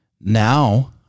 Now